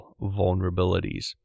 vulnerabilities